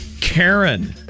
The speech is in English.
Karen